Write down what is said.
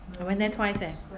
I went there twice eh